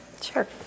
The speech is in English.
Sure